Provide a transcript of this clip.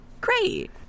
great